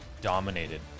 dominated